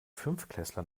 fünftklässler